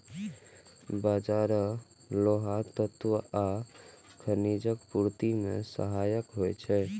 बाजरा लौह तत्व आ खनिजक पूर्ति मे सहायक होइ छै